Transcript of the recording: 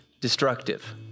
destructive